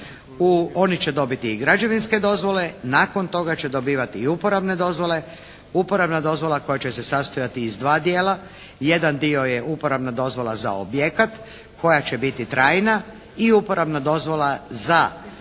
oni će dobiti i građevinske dozvole. Nakon toga će dobivati i uporabne dozvole. Uporabna dozvola koja će se sastojati iz dva dijela. Jedan dio je uporabna dozvola za objekat koja će biti trajna i uporabna dozvola za